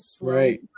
right